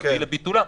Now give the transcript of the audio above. להביא לביטולה.